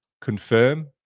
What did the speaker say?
confirm